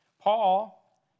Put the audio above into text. Paul